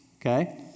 okay